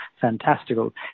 fantastical